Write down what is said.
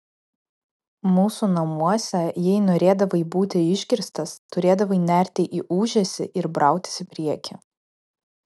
mūsų namuose jei norėdavai būti išgirstas turėdavai nerti į ūžesį ir brautis į priekį